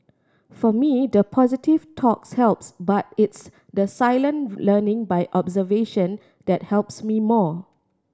for me the positive talks helps but it's the silent learning by observation that helps me more